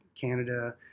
Canada